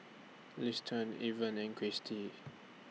Liston Irven and Kristie